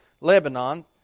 Lebanon